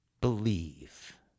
believe